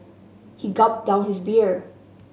he gulped down his beer